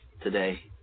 today